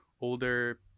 older